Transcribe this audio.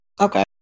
Okay